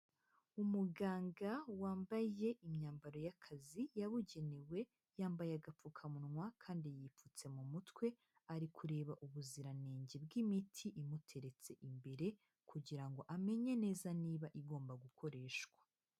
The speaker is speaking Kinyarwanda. Umuganga wambaye imyambaro y'akazi yabugenewe, yambaye agapfukamunwa kandi yipfutse mu mutwe, ari kureba ubuziranenge bw'imiti imuteretse imbere kugira ngo amenye neza niba igomba gukoreshwa.